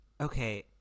okay